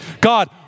God